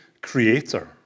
creator